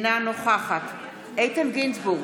אינה נוכחת איתן גינזבורג,